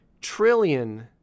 trillion